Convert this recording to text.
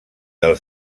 del